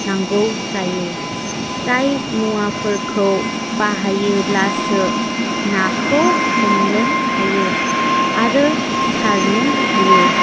नांगौ जायो जाय मुवाफोरखौ बाहायोब्लासो नाखौ हमनो हायो आरो सारनो हायो